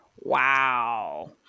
Wow